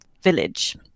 village